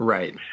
Right